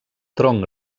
tronc